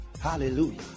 Hallelujah